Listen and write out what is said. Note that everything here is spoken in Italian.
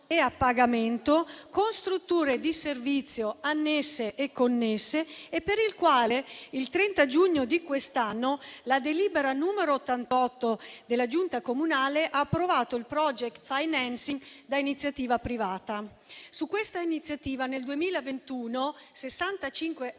a pagamento, con strutture di servizio annesse e connesse e per il quale il 30 giugno di quest'anno la delibera n. 88 della Giunta comunale ha approvato il *project financing* da iniziativa privata. Nel 2021 65